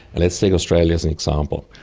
let's take australia as an example.